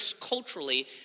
culturally